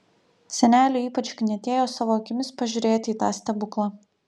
seneliui ypač knietėjo savo akimis pažiūrėti į tą stebuklą